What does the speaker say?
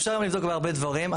אפשר לבדוק בהרבה דברים.